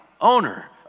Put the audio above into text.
owner